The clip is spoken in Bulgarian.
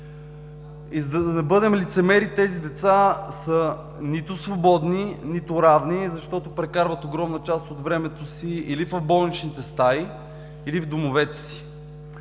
За да не бъдем лицемери, тези деца са нито свободни, нито равни, защото прекарват огромна част от времето си или в болничните стаи, или в домовете си.